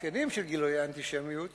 המאפיינים של גילויי האנטישמיות